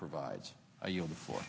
provides for